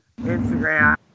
Instagram